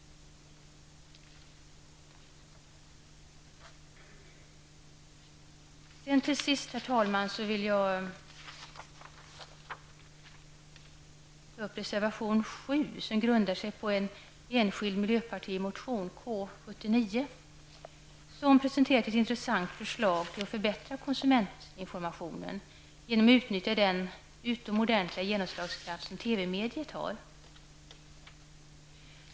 Sedan, herr talman, vill jag ta upp reservation 7, som grundar sig på en enskild miljöpartimotion K79, vari presenteras ett intressant förslag om att man skall förbättra konsumentinformationen genom att utnyttja den utomordentliga genomslagskraft som TV-mediet har.